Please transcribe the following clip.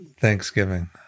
Thanksgiving